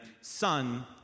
son